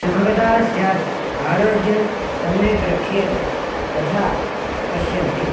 सुभगता स्यात् आरोग्यं सम्यक् रक्षेत् तथा पश्यन्ति